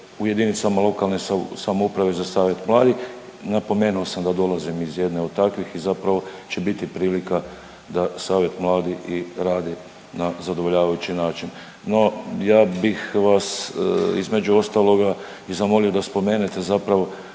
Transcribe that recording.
u jedinicama lokalne samouprave za savjet mladih. Napomenuo sam da dolazim iz jedne od takvih i zapravo će biti prilika da Savjet mladih i radi na zadovoljavajući način. No, ja bih vas između ostaloga i zamolio da spomenete zapravo